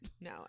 No